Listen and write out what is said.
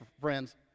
friends